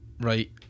right